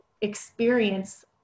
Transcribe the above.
experience